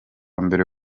mbere